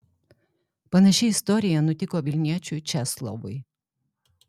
panaši istorija nutiko vilniečiui česlovui